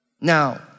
Now